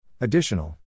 Additional